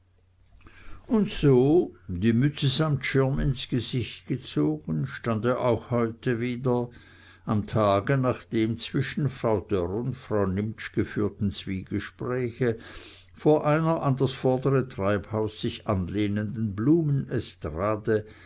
und so die mütze samt schirm ins gesicht gezogen stand er auch heute wieder am tage nach dem zwischen frau dörr und frau nimptsch geführten zwiegespräche vor einer an das vordere treibhaus sich anlehnenden